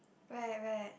where where